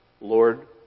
Lord